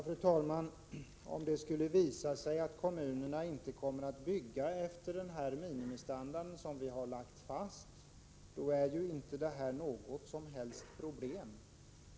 Fru talman! Om det skulle visa sig att kommunerna inte kommer att bygga enligt den minimistandard som vi har fastställt, uppstår det ju inte några som helst problem.